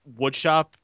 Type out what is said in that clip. woodshop